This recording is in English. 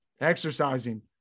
exercising